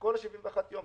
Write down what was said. כל ה-71 ימים.